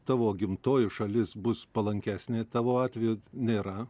tavo gimtoji šalis bus palankesnė tavo atveju nėra